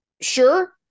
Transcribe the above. sure